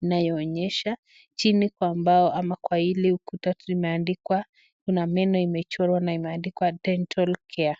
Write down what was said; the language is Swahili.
linayoonyesha, chini kwa mbao ama wa hili ukuta imeandikwa, kuna meno imechorwa na imeandikwa dental care .